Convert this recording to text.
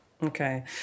Okay